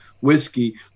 whiskey